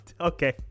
Okay